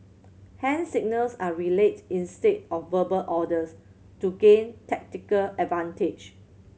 hand signals are relayed instead of verbal orders to gain tactical advantage